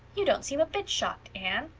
you don't seem a bit shocked, anne.